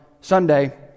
Sunday